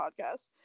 podcast